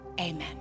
amen